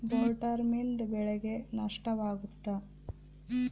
ಬೊಲ್ವರ್ಮ್ನಿಂದ ಬೆಳೆಗೆ ನಷ್ಟವಾಗುತ್ತ?